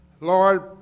Lord